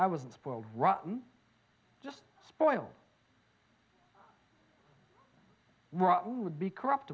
i was a spoiled rotten spoiled rotten would be corrupt